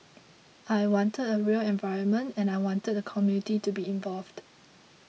I wanted a real environment and I wanted the community to be involved